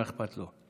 מה אכפת לו?